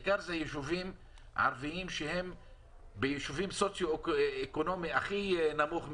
זה בעיקר ביישובים ערביים במדרג סוציו-אקונומי הכי נמוך,